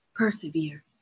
Persevere